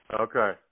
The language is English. Okay